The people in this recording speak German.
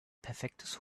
perfektes